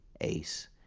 Ace